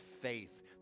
faith